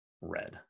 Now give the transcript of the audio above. red